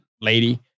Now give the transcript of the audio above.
lady